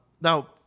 Now